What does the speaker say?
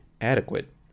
adequate